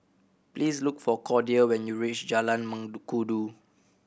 please look for Cordia when you reach Jalan Mengkudu